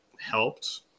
helped